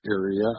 area